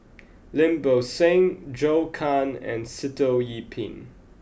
Lim Bo Seng Zhou Can and Sitoh Yih Pin